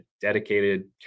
dedicated